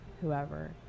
whoever